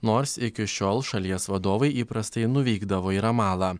nors iki šiol šalies vadovai įprastai nuvykdavo į ramalą